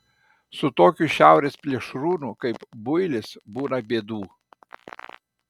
su tokiu šiaurės plėšrūnu kaip builis būna bėdų